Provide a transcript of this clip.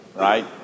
Right